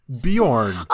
Bjorn